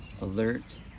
alert